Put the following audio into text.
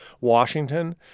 Washington